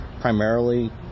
primarily